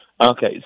Okay